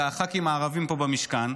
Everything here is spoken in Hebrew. של הח"כים הערבים פה במשכן.